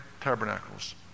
tabernacles